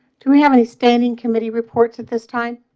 do we have any standing committee reports at this time